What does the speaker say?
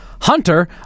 Hunter